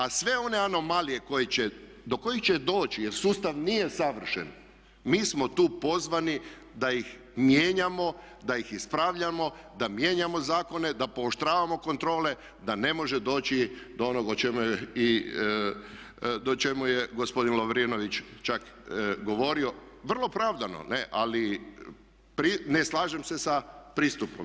A sve one anomalije koje će, do kojih će doći jer sustav nije savršen, mi smo tu pozvani da ih mijenjamo, da ih ispravljamo, da mijenjamo zakone, da pooštravamo kontrole, da ne može doći do onog o čemu je gospodin Lovrinović čak govorio, vrlo opravdano ali ne slažem se sa pristupom.